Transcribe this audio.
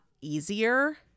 easier